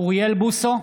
אוריאל בוסו,